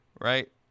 Right